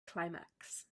climax